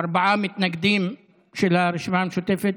ארבעה מתנגדים, של הרשימה המשותפת,